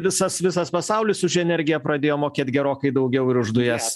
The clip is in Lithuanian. visas visas pasaulis už energiją pradėjo mokėt gerokai daugiau ir už dujas